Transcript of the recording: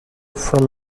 from